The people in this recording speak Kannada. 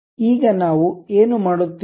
ಈಗ ನಾವು ಏನು ಮಾಡುತ್ತೇವೆ